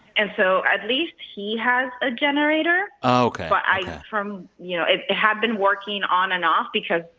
and so at least he has a generator ok but i from, you know it had been working on and off because,